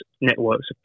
networks